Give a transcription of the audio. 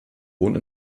wohnt